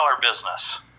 business